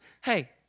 hey